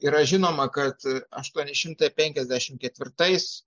yra žinoma kad aštuoni šimtai penkiasdešimt ketvirtais